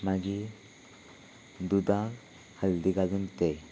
मागीर दुदाक हल्दी घालून पिताय